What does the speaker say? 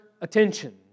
attention